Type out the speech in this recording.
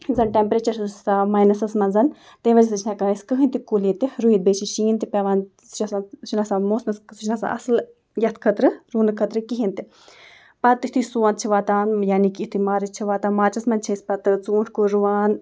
یُس زَنہٕ ٹٮ۪مپرٛیچر چھِ آسان سُہ چھِ آسان مایِنَسَس منٛز تَمہِ وجہ سۭتۍ چھِنہٕ ہٮ۪کان أسۍ کٕہۭنۍ تہِ کُل ییٚتہِ رُوِتھ بیٚیہِ چھِ شیٖن تہِ پٮ۪وان سُہ چھِ آسان سُہ چھِنہٕ آسان موسمَس سُہ چھِنہٕ آسان اَصٕل یَتھ خٲطرٕ رُونہٕ خٲطرٕ کِہیٖنۍ تہِ پَتہٕ یُتھُے سونٛتھ چھِ واتان یعنی کہ یُتھٕے مارٕچ چھِ واتان مارچَس منٛز چھِ أسۍ پَتہٕ ژھوٗنٹھ کُلۍ رُوان